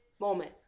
Moment